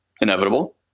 Inevitable